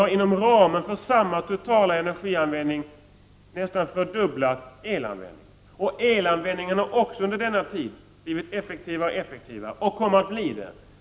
Jo, inom ramen för samma totala energianvändning har vi nästan fördubblat elanvändningen, och denna har också under den här tiden blivit allt effektivare. Den kommer också att bli ännu effektivare.